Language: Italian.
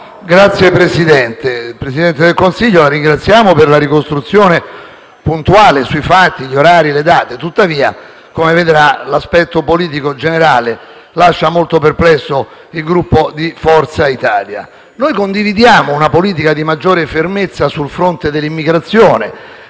Signor Presidente, signor Presidente del Consiglio, la ringraziamo per la ricostruzione puntuale dei fatti, degli orari e delle date, tuttavia, come vedrà, l'aspetto politico generale lascia molto perplesso il Gruppo di Forza Italia. Condividiamo una politica di maggiore fermezza sul fronte dell'immigrazione,